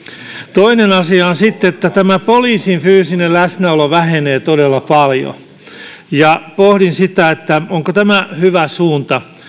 toinen asia on sitten että tämä poliisin fyysinen läsnäolo vähenee todella paljon pohdin sitä onko tämä hyvä suunta